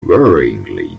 worryingly